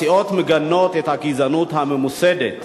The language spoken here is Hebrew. הסיעות מגנות את הגזענות הממוסדת